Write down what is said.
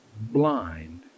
blind